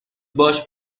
باش